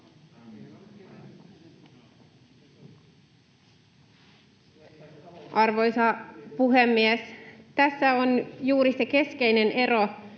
Arvoisa puhemies! Tässä on juuri se keskeinen ero